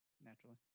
Naturally